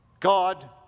God